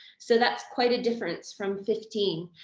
so that's quite a difference from fifteen.